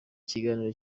ikiganiro